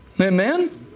Amen